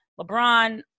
LeBron